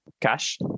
cash